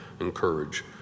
encourage